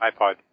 iPod